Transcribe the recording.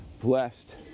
blessed